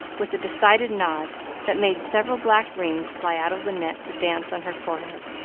with a decided nod that made several black rings fly out of the net to dance on her forehead.